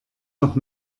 noch